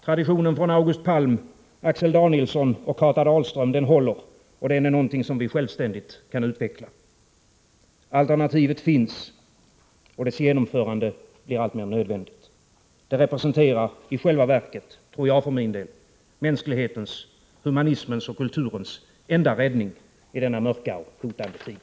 Traditionen från August Palm, Axel Danielsson och Kata Dahlström håller och den är något vi självständigt kan utveckla. Alternativet finns, och dess genomförande blir alltmer nödvändigt. Det representerar i själva verket, tror jag för min del, mänsklighetens, humanismens och kulturens enda räddning i denna mörka och hotande tid.